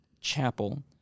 chapel